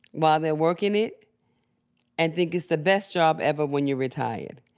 while they're working it and think it's the best job ever when you're retired.